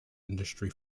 industry